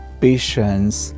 patience